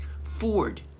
Ford